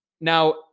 Now